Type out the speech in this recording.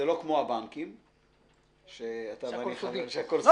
זה לא כמו הבנקים שהכול סודי.